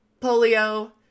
polio